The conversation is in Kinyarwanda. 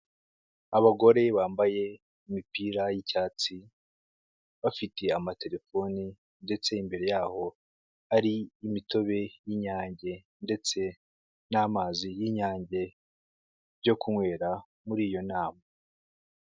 Abagore bambaye imipira y'icyatsi bafite amatelefoni ndetse imbere yaho hari imitobe y'inyange ndetse n'amazi y'inyange byo kunywera muri iyo nama.